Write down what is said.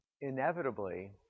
inevitably